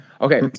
Okay